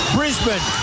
Brisbane